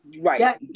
Right